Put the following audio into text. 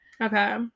Okay